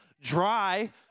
Dry